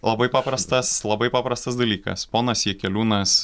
labai paprastas labai paprastas dalykas ponas jakeliūnas